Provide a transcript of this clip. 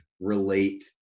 relate